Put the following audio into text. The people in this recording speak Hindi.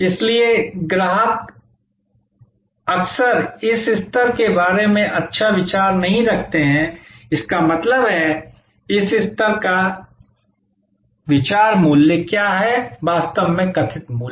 इसलिए ग्राहक इसलिए अक्सर इस स्तर के बारे में अच्छा विचार नहीं रखते हैं इसका मतलब है इस स्तर का इसका मतलब है विचार मूल्य क्या है वास्तव में कथित मूल्य